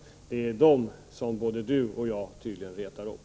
Det är dem som Åke Gustavsson och jag riskerar att reta upp.